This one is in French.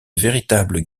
véritable